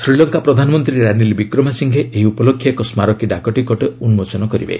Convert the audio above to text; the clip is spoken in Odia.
ଶ୍ରୀଲଙ୍କା ପ୍ରଧାନମନ୍ତ୍ରୀ ରାନିଲ୍ ବିକ୍ରମାସିଂହେ ଏହି ଉପଲକ୍ଷେ ଏକ ସ୍କାରକୀ ଡାକଟିକଟ ଉନ୍ଗୋଚନ କରିବେ